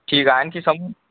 ठीक आहे आणखी सांगू